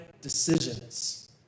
decisions